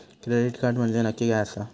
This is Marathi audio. क्रेडिट कार्ड म्हंजे नक्की काय आसा?